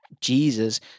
Jesus